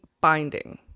binding